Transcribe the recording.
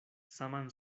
saman